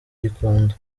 gikondo